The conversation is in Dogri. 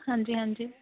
हां जी हां जी